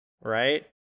right